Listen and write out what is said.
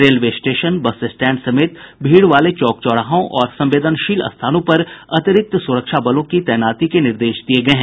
railway station bus stand समेत भीड़ वाले चौक चौराहों और संवेदनशील स्थानों पर अतिरिक्त सुरक्षा बलों की तैनाती के निर्देश दिये हैं